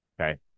Okay